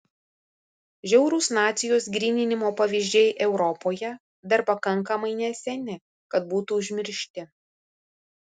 žiaurūs nacijos gryninimo pavyzdžiai europoje dar pakankamai neseni kad būtų užmiršti